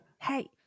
hey